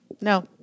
No